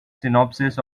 synopsis